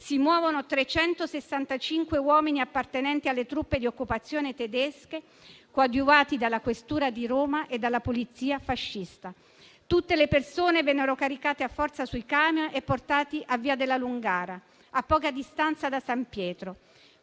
si muovevano 365 uomini appartenenti alle truppe di occupazione tedesche, coadiuvati dalla questura di Roma e dalla polizia fascista. Tutte le persone vennero caricate a forza sui camion e portate a via della Lungara, a poca distanza da San Pietro.